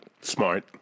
Smart